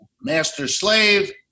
master-slave